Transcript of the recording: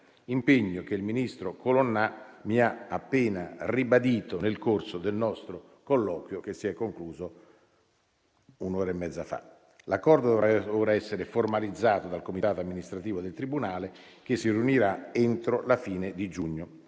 impegno che il ministro Colonna mi ha appena ribadito nel corso del nostro colloquio, che si è concluso un'ora e mezza fa. L'accordo dovrà ora essere formalizzato dal comitato amministrativo del Tribunale, che si riunirà entro la fine di giugno.